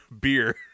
beer